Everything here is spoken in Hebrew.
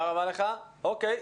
אוקיי.